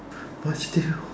but still